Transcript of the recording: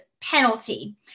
penalty